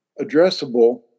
addressable